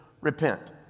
repent